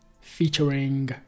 featuring